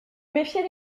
méfier